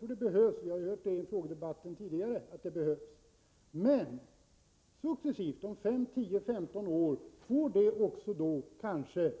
Vi har i en tidigare frågedebatt hört att en sådan behövs. Men successivt, om fem, tio eller femton år, får det kanske